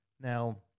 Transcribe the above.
Now